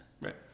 Right